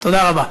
תודה רבה.